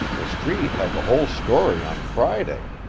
the street had the whole story on friday.